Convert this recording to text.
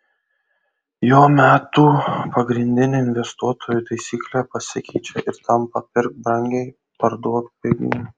jo metu pagrindinė investuotojų taisyklė pasikeičia ir tampa pirk brangiai parduok pigiai